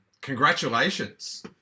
congratulations